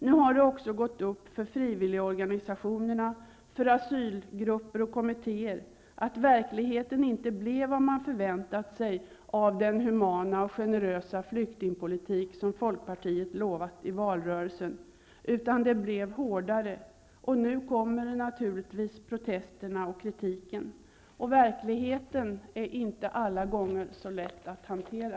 Nu har det också gått upp för frivilligorganisationerna, för asylgrupper och för kommittéer att verkligheten inte blev vad man förväntat sig av den humana och generösa flyktingpolitik som folkpartiet utlovade i valrörelsen. Det blev hårdare, och nu kommer naturligtvis protesterna och kritiken. Verkligheten är inte alla gånger så lätt att hantera.